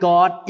God